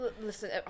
Listen